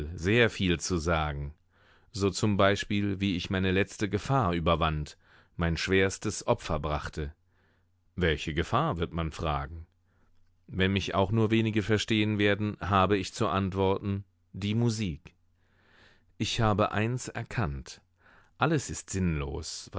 sehr viel zu sagen so zum beispiel wie ich meine letzte gefahr überwand mein schwerstes opfer brachte welche gefahr wird man fragen wenn mich auch nur wenige verstehen werden habe ich zu antworten die musik ich habe eins erkannt alles ist sinnlos